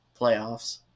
playoffs